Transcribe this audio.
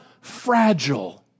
fragile